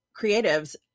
creatives